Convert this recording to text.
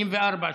84,